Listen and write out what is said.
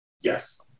Yes